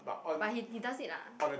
but he he does it lah